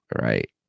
right